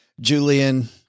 Julian